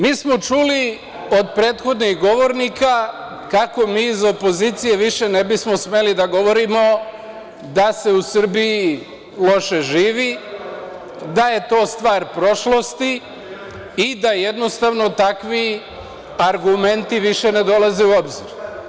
Mi smo čuli od prethodnih govornika kako mi iz opozicije više ne bismo smeli da govorimo da se u Srbiji loše živi, da je to stvar prošlosti i da jednostavno takvi argumenti više ne dolaze u obzir.